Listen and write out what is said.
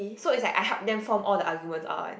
so it's like I help them form all the argument alright